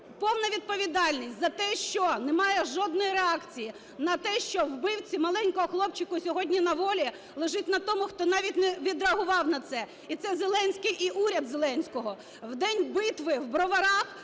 Повна відповідальність за те, що немає жодної реакції на те, що вбивці маленького хлопчика сьогодні на волі, лежить на тому, хто навіть не відреагував на це. І це Зеленський і уряд Зеленського. В день битви в Броварах